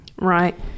right